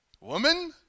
Woman